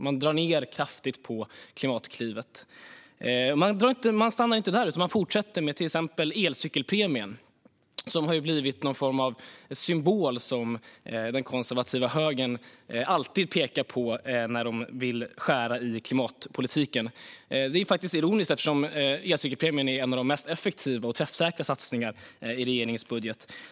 De drar ned kraftigt på Klimatklivet, men de stannar inte där utan fortsätter med till exempel elcykelpremien, som har blivit någon form av symbol som den konservativa högern alltid pekar på när man vill skära i klimatpolitiken. Det är ironiskt eftersom elcykelpremien är en av de mest effektiva och träffsäkra satsningarna i regeringens budget.